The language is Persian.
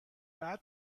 بعد